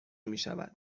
میشود